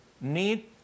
need